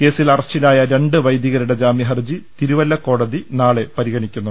കേസിൽ അറ സ്റ്റിലായ രണ്ട് വൈദികരുടെ ജാമ്യഹർജി തിരുവല്ലകോടതി നാളെ പരിഗ ണിക്കും